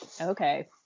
Okay